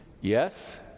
Yes